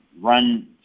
run